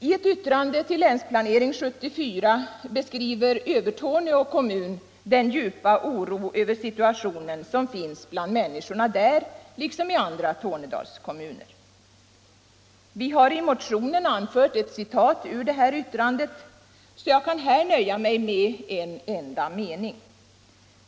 I ett yttrande till Länsplanering 1974 beskriver Övertorneå kommun den djupa oro över situationen som finns bland människorna där liksom i andra Tornedalskommuner. Vi har i motionen anfört ett citat ur detta yttrande, så jag kan här nöja mig med en enda mening.